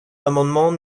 l’amendement